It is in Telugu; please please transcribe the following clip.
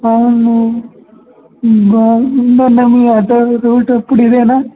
అవును ఇదిగో మీ ఆటో రూట్ ఎప్పుడు ఇదేనా